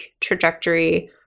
trajectory